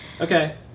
Okay